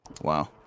Wow